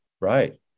Right